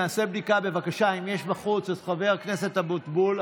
נעשה בדיקה בבקשה אם נמצאים בחוץ חבר הכנסת אבוטבול,